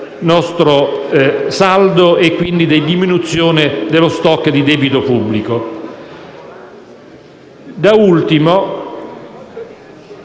nostro saldo e, quindi, di diminuzione dello *stock* di debito pubblico. Da ultimo